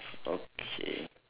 okay